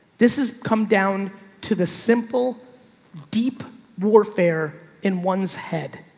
this has come down to the simple deep warfare in one's head.